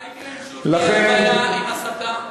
מה יקרה אם שוב תהיה לוויה עם הסתה?